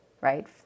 right